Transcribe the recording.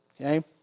Okay